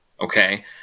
Okay